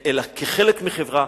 אלא כחלק מחברה,